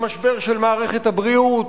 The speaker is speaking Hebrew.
למשבר של מערכת הבריאות,